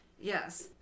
yes